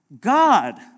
God